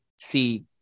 see